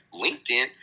LinkedIn